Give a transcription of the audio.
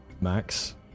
Max